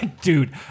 Dude